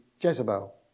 Jezebel